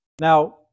Now